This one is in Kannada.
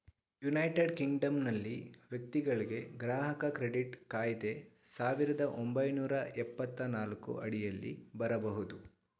ಯುನೈಟೆಡ್ ಕಿಂಗ್ಡಮ್ನಲ್ಲಿ ವ್ಯಕ್ತಿಗಳ್ಗೆ ಗ್ರಾಹಕ ಕ್ರೆಡಿಟ್ ಕಾಯ್ದೆ ಸಾವಿರದ ಒಂಬೈನೂರ ಎಪ್ಪತ್ತನಾಲ್ಕು ಅಡಿಯಲ್ಲಿ ಬರಬಹುದು